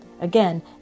Again